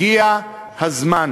הגיע הזמן